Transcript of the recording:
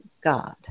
God